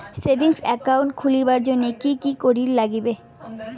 Savings account খুলির জন্যে কি কি করির নাগিবে?